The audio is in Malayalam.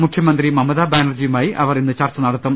മുഖ്യമന്ത്രി മമതാ ബാനർജിയുമായി അവർ ഇന്ന് ചർച്ച നടത്തും